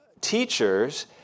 teachers